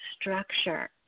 structure